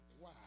wow